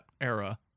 era